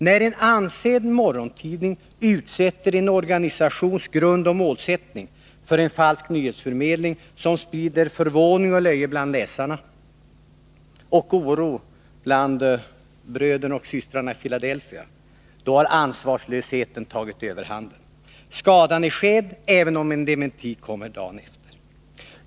När en ansedd morgontidning utsätter en organisations grund och målsättning för en falsk nyhetsförmedling, som sprider förvåning och löje bland läsarna och oro bland bröderna och systrarna i Filadelfia, har ansvarslösheten tagit överhanden. Skadan är skedd, även om en dementi kommer dagen efter.